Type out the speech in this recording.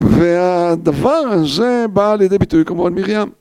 והדבר הזה בא לידי ביטוי כמובן מרים